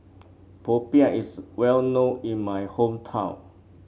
Popiah is well known in my hometown